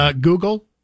Google